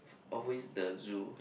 always the zoo